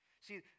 See